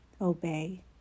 obey